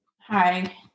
Hi